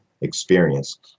experience